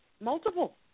Multiple